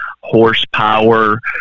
horsepower